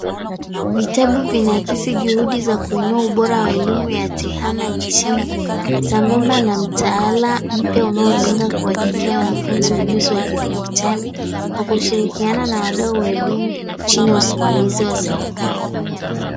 Vitabu vinaakisi juhudi za kuinua ubora wa elimu ya tehama nchini, sambamba na mtaala mpya unaolenga kuwajengea wanafunzi ujuzi wa kidijitali, kwa kushirikiana na wadau elimu chini ya usimamizi wa serikali.